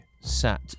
sat